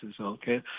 okay